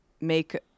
make